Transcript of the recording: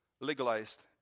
legalized